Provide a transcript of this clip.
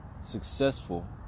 Successful